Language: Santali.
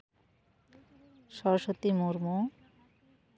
ᱥᱚᱨᱚᱥᱚᱛᱤ ᱢᱩᱨᱢᱩ